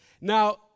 Now